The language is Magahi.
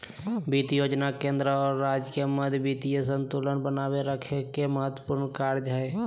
वित्त योजना केंद्र और राज्य के मध्य वित्तीय संतुलन बनाए रखे के महत्त्वपूर्ण कार्य हइ